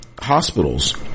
hospitals